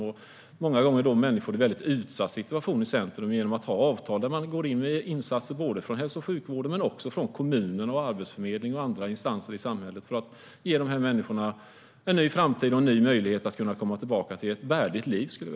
Många gånger handlar det om människor i en väldigt utsatt situation. De sätts i centrum genom att man har avtal för att kunna gå in med insatser från såväl hälso och sjukvården som kommuner, arbetsförmedling och andra instanser i samhället för att ge dessa människor en ny framtid och en ny möjlighet att komma tillbaka till ett värdigt liv.